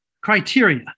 criteria